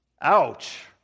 Ouch